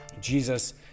Jesus